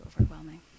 overwhelming